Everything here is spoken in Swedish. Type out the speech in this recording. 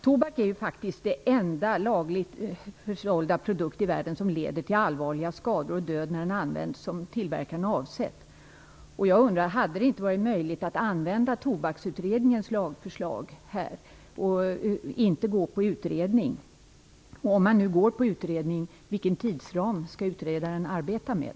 Tobak är faktiskt den enda lagligt försålda produkt i världen som leder till allvarliga skador och död när den används så som tillverkaren har avsett. Hade det inte varit möjligt att använda Tobaksutredningens lagförslag här i stället för att gå på utredning? Och om man nu går på utredning, vilken tidsram skall utredaren då arbeta med?